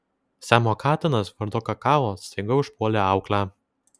siamo katinas vardu kakao staiga užpuolė auklę